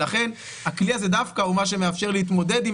לכן הכלי הזה דווקא הוא מה שמאפשר להתמודד עם